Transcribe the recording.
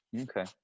Okay